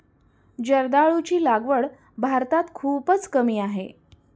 जर्दाळूची लागवड भारतात खूपच कमी आहे